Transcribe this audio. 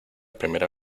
primera